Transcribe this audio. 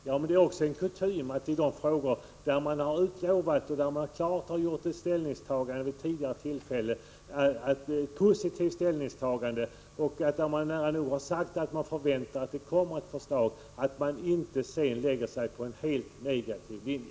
Ja, men det är också kutym att man inte först klart gör ett positivt ställningstagande och nära nog säger att det kommer ett förslag och sedan följer en helt negativ linje!